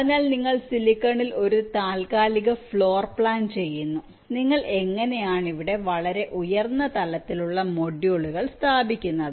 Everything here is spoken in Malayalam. അതിനാൽ നിങ്ങൾ സിലിക്കണിൽ ഒരു താൽക്കാലിക ഫ്ലോർ പ്ലാൻ ചെയ്യുന്നു നിങ്ങൾ എങ്ങനെയാണ് ഇവിടെ വളരെ ഉയർന്ന തലത്തിലുള്ള മൊഡ്യൂളുകൾ സ്ഥാപിക്കുന്നത്